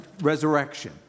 resurrection